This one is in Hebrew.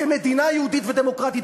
כמדינה יהודית ודמוקרטית,